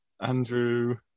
Andrew